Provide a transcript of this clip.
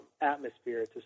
atmosphere